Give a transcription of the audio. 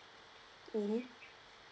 mmhmm